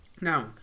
now